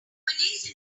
police